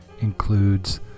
includes